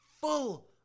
full